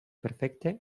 perfecte